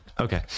okay